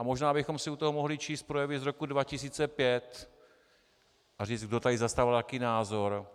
Možná bychom si u toho mohli číst projevy z roku 2005 a říct, kdo tady zastával jaký názor.